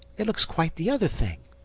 it looks quite the other thing.